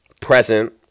present